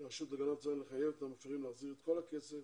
לרשות להגנת הצרכן לחייב את המפרים להחזיר את כל הכסף